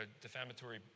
defamatory